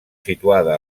situada